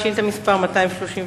שאילתא מס' 231,